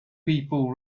people